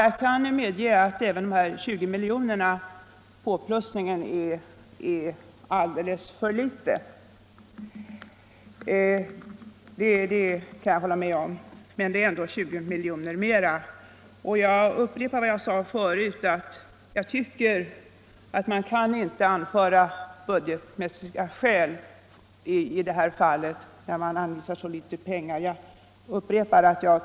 Jag kan medge att även efter en påplussning med 20 milj.kr. blir anslaget för förbättring av boendemiljön alldeles för litet. Men det blir ändå 20 milj.kr. större, och jag upprepar vad jag sade förut att man inte kan anföra budgetmässiga skäl i ett sådant här sammanhang.